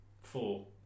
Four